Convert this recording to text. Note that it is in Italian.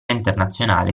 internazionale